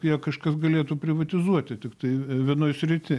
ją kažkas galėtų privatizuoti tiktai vienoj srity